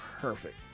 Perfect